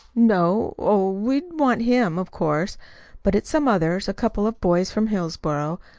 no. oh, we'd want him, of course but it's some others a couple of boys from hillsboro.